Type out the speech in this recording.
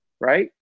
right